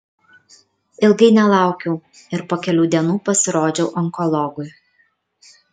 ilgai nelaukiau ir po kelių dienų pasirodžiau onkologui